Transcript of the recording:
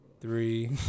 Three